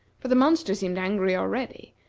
for the monster seemed angry already,